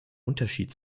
unterschied